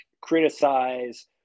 criticize